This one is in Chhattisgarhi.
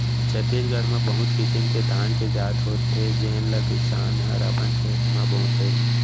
छत्तीसगढ़ म बहुत किसिम के धान के जात होथे जेन ल किसान हर अपन खेत म बोथे